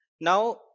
now